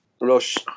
Rush